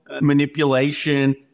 manipulation